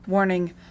Warning